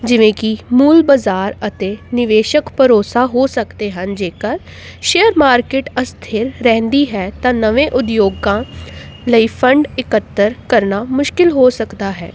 ਜਿਵੇਂ ਕਿ ਮੂਲ ਬਾਜ਼ਾਰ ਅਤੇ ਨਿਵੇਸ਼ਕ ਭਰੋਸਾ ਹੋ ਸਕਦੇ ਹਨ ਜੇਕਰ ਸ਼ੇਅਰ ਮਾਰਕੀਟ ਅਸਥਿਰ ਰਹਿੰਦੀ ਹੈ ਤਾਂ ਨਵੇਂ ਉਦਯੋਗਾਂ ਲਈ ਫੰਡ ਇਕੱਤਰ ਕਰਨਾ ਮੁਸ਼ਕਿਲ ਹੋ ਸਕਦਾ ਹੈ